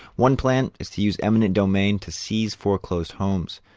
one plan is to use eminent domain to seize foreclosed homes.